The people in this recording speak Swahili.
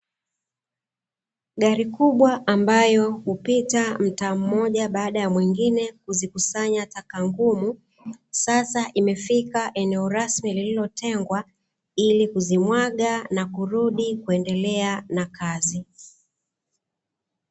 Gari kubwa ambayo upita, mtaa mmoja baada ya mwingine kuzikusanya taka ngumu, sasa limefika eneo rasmi, iliyotengwa ili kuzimwaga na kurudi kuendelea na kazi.